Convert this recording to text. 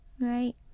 right